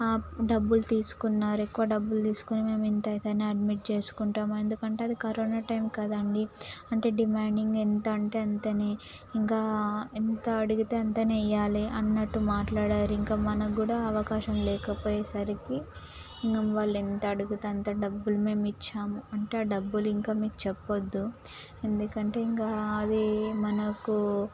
డబ్బులు తీసుకున్నారు ఎక్కువ డబ్బులు తీసుకుని మేము ఇంతైతేనే అడ్మిట్ చేసుకుంటాం ఎందుకంటే అది కరోనా టైం కదండి అంటే డిమాండింగ్ ఎంత అంటే అంతనే ఇంకా ఎంత అడిగితే అంతనే ఇయాలి అన్నట్టు మాట్లాడారు ఇంకా మనకు కూడా అవకాశం లేకపోయేసరికి ఇంక వాళ్ళెంత అడుగుతే అంత డబ్బులు మేము ఇచ్చాము అంటే ఆ డబ్బులు ఇంకా మీకు చెప్పవద్దు ఎందుకంటే ఇంకా అది మనకు